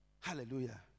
Hallelujah